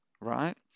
right